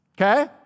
okay